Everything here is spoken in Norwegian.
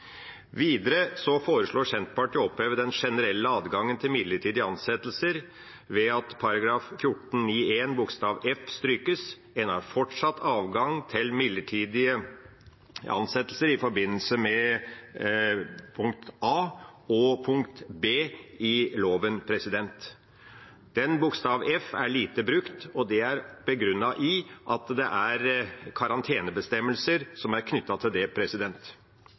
Videre foreslår Senterpartiet og Sosialistisk Venstreparti å oppheve den generelle adgangen til midlertidige ansettelser ved at § 14-9 bokstav f strykes. En har fortsatt adgang til midlertidige ansettelser i henhold til bokstav a og bokstav b i loven. Bokstav f er lite brukt, og det er begrunnet i at det er karantenebestemmelser knyttet til det. Videre foreslår vi at den generelle adgang til